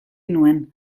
nuen